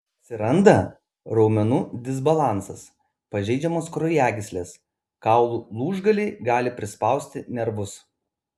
atsiranda raumenų disbalansas pažeidžiamos kraujagyslės kaulų lūžgaliai gali prispausti nervus